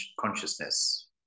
consciousness